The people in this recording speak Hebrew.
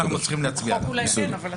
יש לנו חוק עזר חדש.